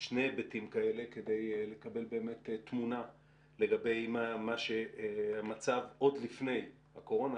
שני היבטים כאלה כדי לקבל תמונה לגבי המצב עוד לפני הקורונה.